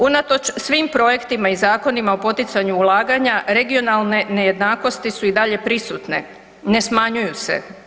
Unatoč svim projektima i zakonima o poticanju ulaganja, regionalne nejednakosti su i dalje prisutne, ne smanjuju se.